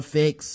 fix